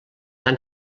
tan